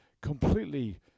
completely